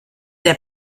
der